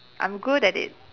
I'm good at it